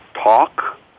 talk